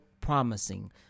promising